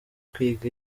kwiga